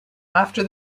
after